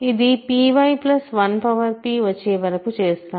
ఇది py1pవచ్చేవరకు చేస్తాము